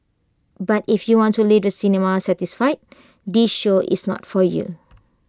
but if you want to leave the cinema satisfied this show is not for you